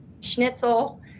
schnitzel